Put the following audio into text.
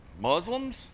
Muslims